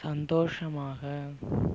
சந்தோஷமாக